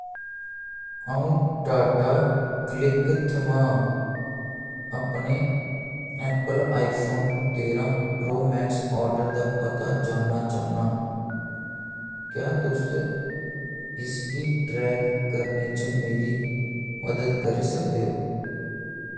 अ'ऊं टाटा क्लिक थमां अपने ऐप्पल आईफोन तेरां प्रो मैक्स आर्डर दा पता जानना चाह्न्नां क्या तुस इसगी ट्रैक करने च मेरी मदद करी सकदे ओ